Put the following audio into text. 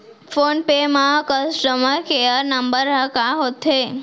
Phone पे म customer care number ह का होथे?